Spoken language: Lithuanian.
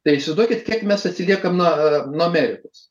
tai įsivaizduokit kiek mes atsiliekam nuo nuo amerikos